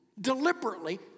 deliberately